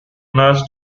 nurse